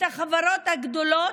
את החברות הגדולות,